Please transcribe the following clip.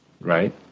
right